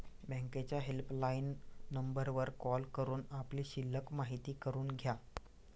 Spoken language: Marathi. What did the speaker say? बँकेच्या हेल्पलाईन नंबरवर कॉल करून आपली शिल्लक माहिती करून घ्या